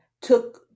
took